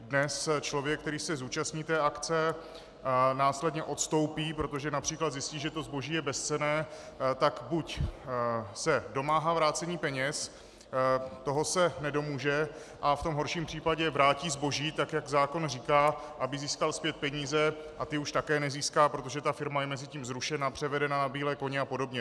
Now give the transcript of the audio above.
Dnes člověk, který se zúčastní té akce následně odstoupí, protože například zjistí, že to zboží je bezcenné, tak buď se domáhá vrácení peněz, toho se nedomůže, a v tom horším případě vrátí zboží tak, jak zákon říká, aby získal zpět peníze, a ty už také nezíská, protože ta firma je mezitím zrušena, převedena na bílé koně a podobně.